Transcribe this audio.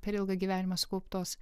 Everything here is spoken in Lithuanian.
per ilgą gyvenimą sukauptos